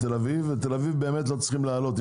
ובתל אביב באמת לא צריך להעלות.